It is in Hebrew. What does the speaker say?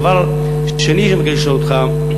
דבר שני שאני מבקש לשאול אותך,